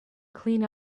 clean